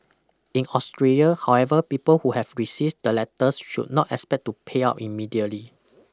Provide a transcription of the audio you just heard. in Australia however people who have received the letters should not expect to pay up immediately